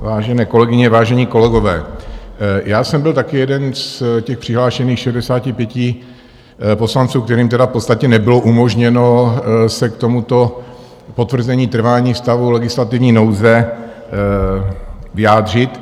Vážené kolegyně, vážení kolegové, já jsem byl taky jeden z těch přihlášených 65 poslanců, kterým tedy v podstatě nebylo umožněno se k tomuto potvrzení trvání stavu legislativní nouze vyjádřit.